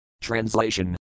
Translation